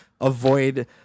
avoid